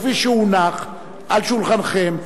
כפי שהונח על שולחנכם,